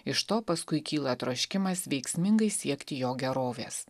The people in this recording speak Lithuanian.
iš to paskui kyla troškimas veiksmingai siekti jo gerovės